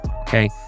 Okay